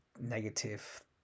negative